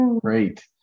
Great